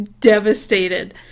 devastated